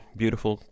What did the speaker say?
beautiful